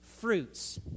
fruits